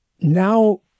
now